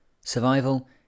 survival